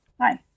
Hi